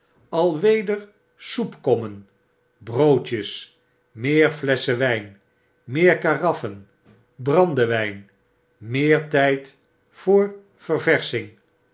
alweder soepkommen broodjes meer flesschen wjjn meer karaffen brandewijn meer tfld voor verversching